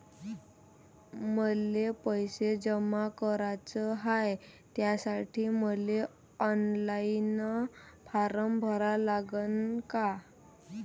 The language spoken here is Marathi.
मले पैसे जमा कराच हाय, त्यासाठी मले ऑनलाईन फारम भरा लागन का?